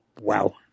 Wow